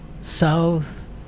south